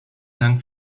dank